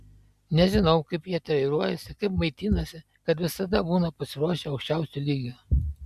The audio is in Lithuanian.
nežinau kaip jie treniruojasi kaip maitinasi kad visada būna pasiruošę aukščiausiu lygiu